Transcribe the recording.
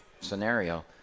scenario